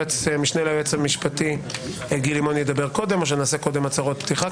שהמשנה ליועץ המשפטי גיל לימון ידבר קודם או נעשה קודם הצהרות פתיחה?